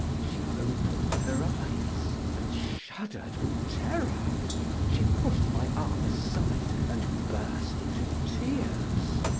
she opened her eyes, and shuddered with terror she pushed my arm aside, and burst into tears.